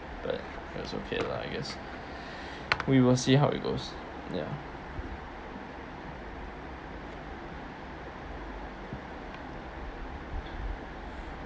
but it's okay lah I guess we will see how it goes ya